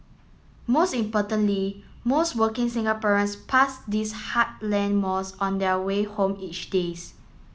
most importantly most working Singaporeans pass these heartland malls on their way home each days